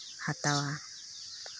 ᱦᱟᱛᱟᱣᱟ